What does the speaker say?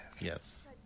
Yes